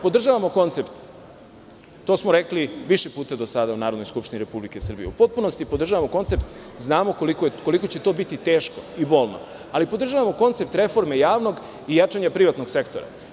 Podržavamo koncept, to smo rekli više puta do sada u Narodnoj skupštini Republike Srbije, u potpunosti podržavamo koncept, znamo koliko će to biti teško i bolno, ali podržavamo koncept reforme javnog i jačanja privatnog sektora.